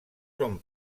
són